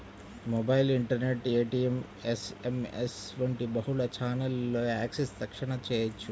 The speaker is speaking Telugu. మొబైల్, ఇంటర్నెట్, ఏ.టీ.ఎం, యస్.ఎమ్.యస్ వంటి బహుళ ఛానెల్లలో యాక్సెస్ తక్షణ చేయవచ్చు